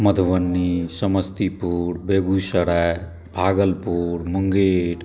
Madhubani Samastipur Begusarai Bhagalpur Munger